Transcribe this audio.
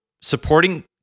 supporting